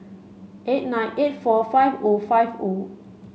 eight nine eight four five O five O